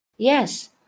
Yes